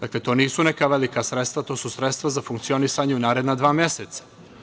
Dakle, to nisu neka velika sredstva, to su sredstva za funkcionisanje u naredna dva meseca.